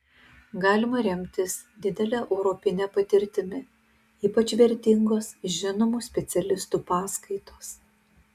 galima remtis didele europine patirtimi ypač vertingos žinomų specialistų paskaitos